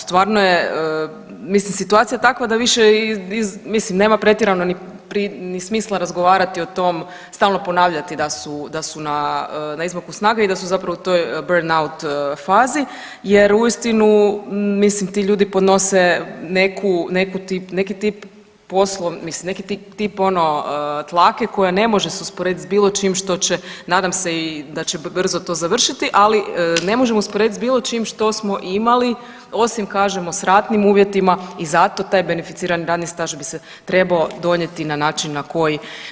Stvarno je, mislim situacija je takva da više mislim nema pretjerano ni smisla razgovarat o tom, stalno ponavljati da su, da su na, na izmaku snaga i da su zapravo u toj … [[Govornik se ne razumije]] fazi jer uistinu mislim ti ljudi podnose neku, neku, neki tip mislim neki tip ono tlake koja ne može se usporedit s bilo čim što će, nadam se i da će brzo to završiti, ali ne možemo usporedit s bilo čim što smo imali osim kažemo s ratnim uvjetima i zato taj beneficirani radni staž bi se trebao donijeti na način na koji.